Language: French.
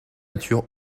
nature